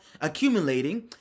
accumulating